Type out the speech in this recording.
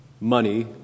money